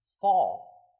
fall